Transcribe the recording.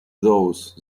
those